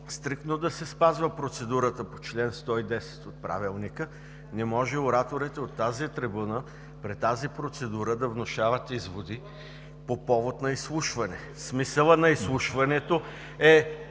стриктно да се спазва процедурата по чл. 110 от Правилника. Не може ораторите от тази трибуна при тази процедура да внушават изводи по повод на изслушване. (Реплика от народния